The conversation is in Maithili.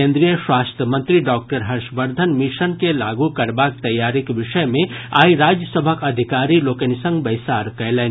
केन्द्रीय स्वास्थ्य मंत्री डॉक्टर हर्षवर्धन मिशन के लागू करबाक तैयारीक विषय मे आइ राज्य सभक अधिकारी लोकनि संग बैसार कयलनि